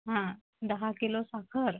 हा दहा किलो साखर